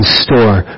store